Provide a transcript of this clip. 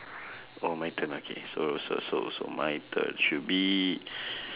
oh my turn okay so so so so my turn should we